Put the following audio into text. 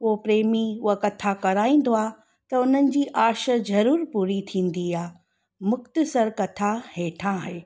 उहो प्रेमी उहा कथा कराईंदो आहे त उन्हनि जी आशा ज़रूरु पूरी थींदी आहे मुख़्तसरु कथा हेठा आहे